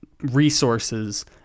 resources